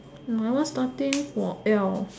my one starting for L